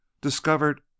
discovered